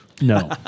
No